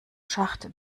schacht